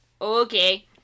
okay